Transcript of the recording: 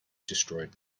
destroyed